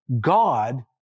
God